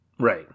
right